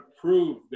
prove